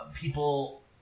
people